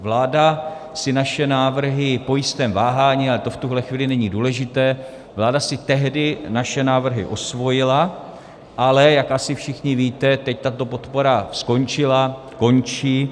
Vláda si naše návrhy po jistém váhání ale to v tuhle chvíli není důležité vláda si tehdy naše návrhy osvojila, ale jak asi všichni víte, teď tato podpora skončila, končí.